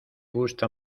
gusta